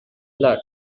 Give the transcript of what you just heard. blood